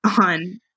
on